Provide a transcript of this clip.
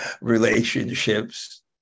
relationships